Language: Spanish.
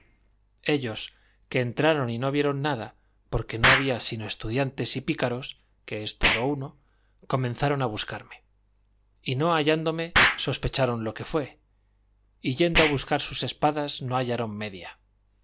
ellos que entraron y no vieron nada porque no había sino estudiantes y pícaros que es todo uno comenzaron a buscarme y no hallándome sospecharon lo que fue y yendo a buscar sus espadas no hallaron media